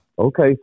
Okay